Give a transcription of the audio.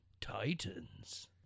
titans